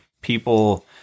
people